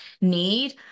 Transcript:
need